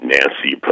Nancy